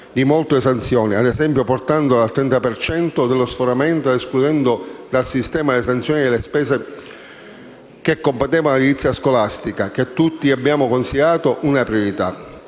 di molto le sanzioni, ad esempio, portandole al 30 per cento dello sforamento ed escludendo dal sistema delle sanzioni le spese che competevano all'edilizia scolastica, che tutti abbiamo considerato una priorità.